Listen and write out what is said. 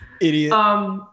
Idiot